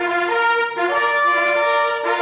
הישיבה הראשונה של